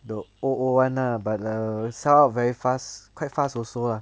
the old old one lah but err sell out very fast quite fast also lah